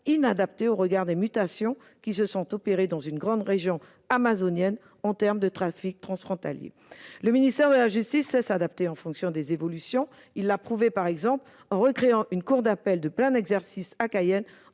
inadapté au regard des mutations survenues dans la grande région amazonienne en termes de trafics transfrontaliers. Le ministère de la justice sait s'adapter en fonction des évolutions. Il l'a prouvé, par exemple en recréant une cour d'appel de plein exercice à Cayenne